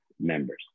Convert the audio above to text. members